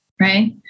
Right